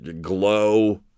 Glow